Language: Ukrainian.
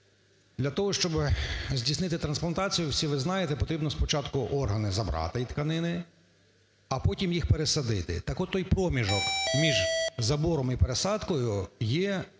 для того, щоби здійснити трансплантацію, всі ви знаєте, потрібно спочатку органи забрати і тканини, а потім їх пересадити. Так отой проміжок між забором і пересадкою є